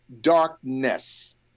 darkness